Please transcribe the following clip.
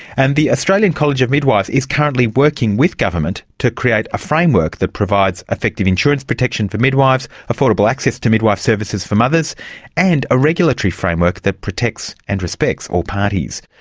and the australian college of midwives is currently working with government to create a framework that provides effective insurance protection for midwives, affordable access to midwife services for mothers and a regulatory framework that protects and respects all parties.